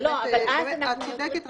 את צודקת.